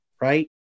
right